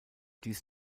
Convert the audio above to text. dies